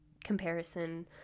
comparison